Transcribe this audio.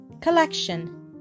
Collection